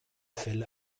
fälle